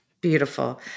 Beautiful